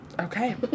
Okay